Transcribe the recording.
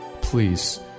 please